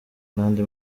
n’andi